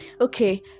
Okay